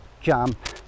jump